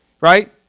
right